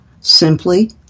Simply